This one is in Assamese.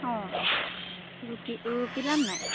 অঁ ৰোকি ৰোকিলান নাই